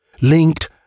linked